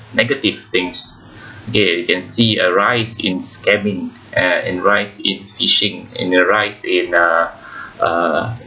negative things K can see a rise in scamming and a rise in phishing and a rise in uh